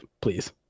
please